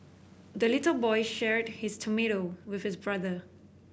the little boy shared his tomato with his brother